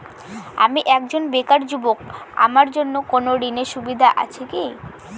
আমি একজন বেকার যুবক আমার জন্য কোন ঋণের সুবিধা আছে কি?